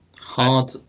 Hard